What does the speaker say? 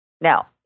Now